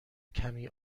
کمی